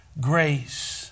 grace